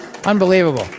Unbelievable